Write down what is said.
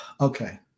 okay